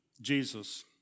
Jesus